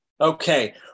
Okay